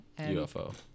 UFO